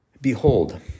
Behold